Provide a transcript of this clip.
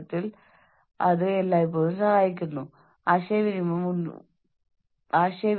നിങ്ങൾ അത് പൂർത്തിയാക്കി ഇനി എന്തുചെയ്യണമെന്ന് നിങ്ങൾക്ക് അറിയില്ല